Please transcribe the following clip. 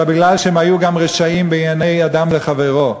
אלא כי הם היו גם רשעים בענייני אדם וחברו.